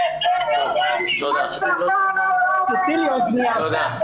--- טוב, תודה.